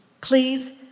please